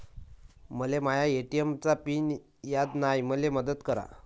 मले माया ए.टी.एम चा पिन याद नायी, मले मदत करा